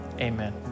Amen